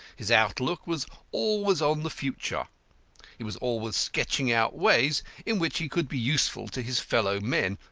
his outlook was always on the future he was always sketching out ways in which he could be useful to his fellow-men.